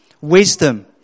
Wisdom